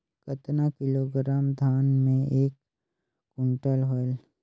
कतना किलोग्राम धान मे एक कुंटल होयल?